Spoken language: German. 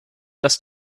das